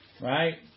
right